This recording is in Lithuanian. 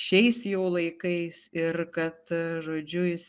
šiais jau laikais ir kad žodžiu jis